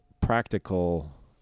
practical